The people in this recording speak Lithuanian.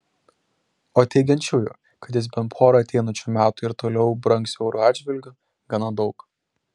o teigiančiųjų kad jis bent porą ateinančių metų ir toliau brangs euro atžvilgiu gana daug